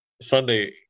Sunday